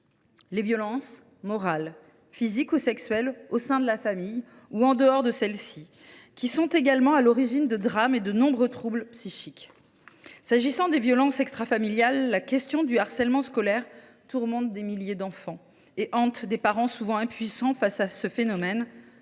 Les violences morales, physiques ou sexuelles au sein de la famille, ou en dehors de celle ci, sont également à l’origine de drames et de nombreux troubles psychiques. Concernant les violences extrafamiliales, la question du harcèlement scolaire tourmente des milliers d’enfants et hante des parents souvent impuissants face à ce phénomène,